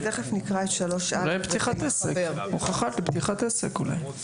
אולי הוכחה לפתיחת עסק.